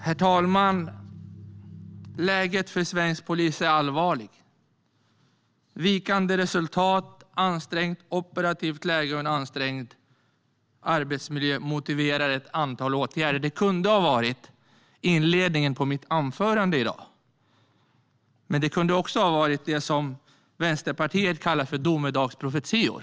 Herr talman! Läget för svensk polis är allvarligt. Vikande resultat, ett ansträngt operativt läge och en ansträngd arbetsmiljö motiverar ett antal åtgärder. Detta kunde ha varit en inledning jag skrivit själv till dagens anförande. Det kunde också ha varit det som Vänsterpartiet kallar domedagsprofetior.